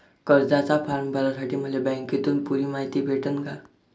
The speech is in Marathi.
कर्जाचा फारम भरासाठी मले बँकेतून पुरी मायती भेटन का?